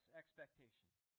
expectations